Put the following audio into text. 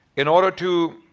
in order to